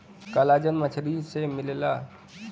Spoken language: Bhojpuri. कॉलाजन मछरी से मिलला